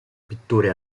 pitture